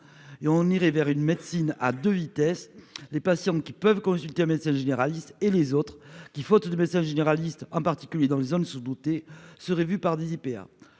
et on irait vers une médecine à 2 vitesses, les patients qui peuvent consulter un médecin généraliste et les autres qui, faute de médecins généralistes en particulier dans les zones sous-dotées serait vu par des IPA.